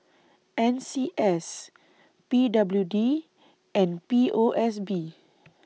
N C S P W D and P O S B